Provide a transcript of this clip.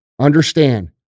understand